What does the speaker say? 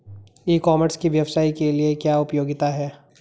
ई commerce के व्यवसाय के लिए क्या उपयोगिता है?